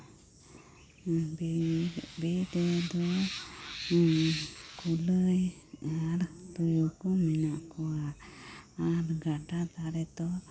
ᱵᱤᱨ ᱨᱮᱫᱚ ᱠᱩᱞᱟᱹᱭ ᱟᱨ ᱛᱩᱭᱩ ᱠᱚ ᱢᱮᱱᱟᱜ ᱠᱚᱣᱟ ᱟᱨ ᱜᱟᱰᱟ ᱫᱷᱟᱨᱮ ᱫᱚ